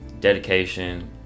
dedication